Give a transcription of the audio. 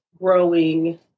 growing